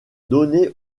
donner